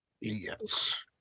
Yes